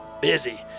busy